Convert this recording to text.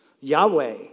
Yahweh